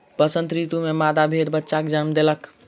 वसंत ऋतू में मादा भेड़ बच्चाक जन्म देलक